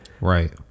right